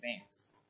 advance